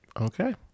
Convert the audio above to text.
Okay